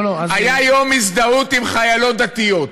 לא, לא, היה יום הזדהות עם חיילות דתיות.